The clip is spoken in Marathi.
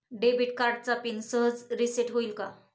डेबिट कार्डचा पिन सहज रिसेट होईल का?